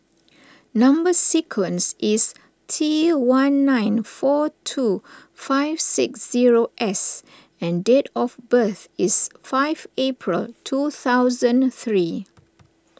Number Sequence is T one nine four two five six zero S and date of birth is five April two thousand three